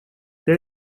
they